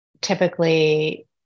typically